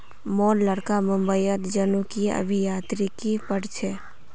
मोर लड़का मुंबईत जनुकीय अभियांत्रिकी पढ़ छ